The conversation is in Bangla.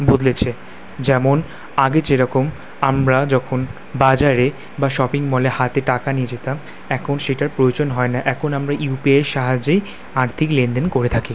বদলেছে যেমন আগে যেরকম আমরা যখন বাজারে বা শপিং মলে হাতে টাকা নিয়ে যেতাম এখন সেটার প্রয়োজন হয় না এখন আমরা ইউপিআইয়ের সাহায্যেই আর্থিক লেনদেন করে থাকি